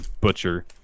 Butcher